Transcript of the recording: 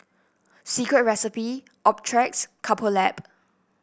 Secret Recipe Optrex Couple Lab